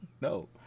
No